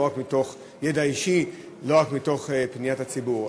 לא רק מתוך ידע אישי ולא רק מתוך פניית הציבור.